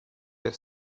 per